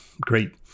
great